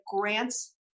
grants